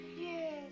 Yes